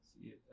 See